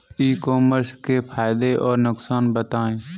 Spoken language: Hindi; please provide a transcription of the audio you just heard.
ई कॉमर्स के फायदे और नुकसान बताएँ?